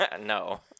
No